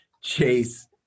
chase